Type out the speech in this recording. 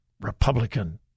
Republican